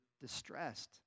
distressed